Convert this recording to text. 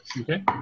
Okay